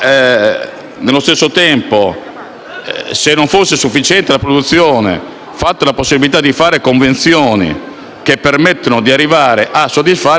non fosse sufficiente, si è stabilita la possibilità di stipulare convenzioni che permettano di arrivare a soddisfare pienamente la domanda.